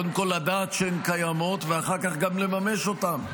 קודם כול לדעת שהן קיימות ואחר כך גם לממש אותן.